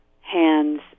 hands